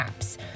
apps